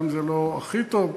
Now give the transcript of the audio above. גם אם זה לא הכי טוב.